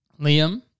Liam